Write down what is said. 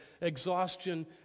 exhaustion